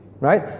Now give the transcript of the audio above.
right